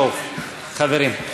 חברים.